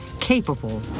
capable